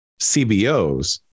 CBOs